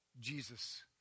Jesus